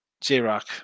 J-Rock